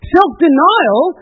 Self-denial